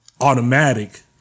automatic